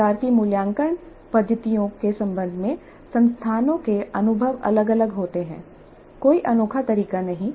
इस प्रकार की मूल्यांकन पद्धतियों के संबंध में संस्थानों के अनुभव अलग अलग होते हैं कोई अनोखा तरीका नहीं